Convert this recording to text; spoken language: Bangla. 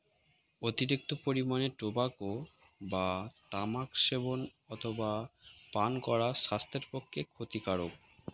অতিরিক্ত পরিমাণে টোবাকো বা তামাক সেবন অথবা পান করা স্বাস্থ্যের পক্ষে ক্ষতিকারক